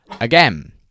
Again